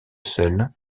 seul